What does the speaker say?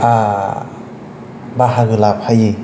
बाहागो लाफायो